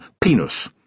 penis